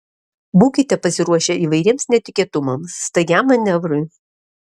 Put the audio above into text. būkite pasiruošę įvairiems netikėtumams staigiam manevrui